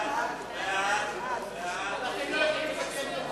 הודעת ועדת העבודה,